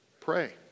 Pray